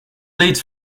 leads